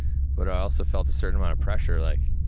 but, i also felt a certain amount of pressure. like,